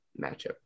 matchup